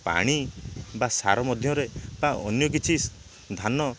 ପାଣି ବା ସାର ମଧ୍ୟରେ ବା ଅନ୍ୟ କିଛି ଧାନ